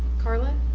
karla,